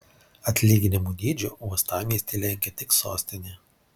atlyginimų dydžiu uostamiestį lenkia tik sostinė